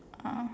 a'ah